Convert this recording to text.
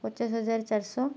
ପଚାଶ ହଜାର ଚାରିଶହ